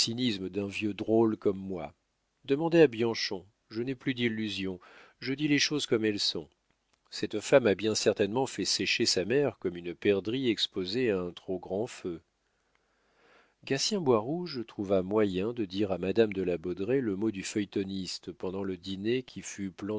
d'un vieux drôle comme moi demandez à bianchon je n'ai plus d'illusions je dis les choses comme elles sont cette femme a bien certainement fait sécher sa mère comme une perdrix exposée à un trop grand feu gatien boirouge trouva moyen de dire à madame de la baudraye le mot du feuilletoniste pendant le dîner qui fut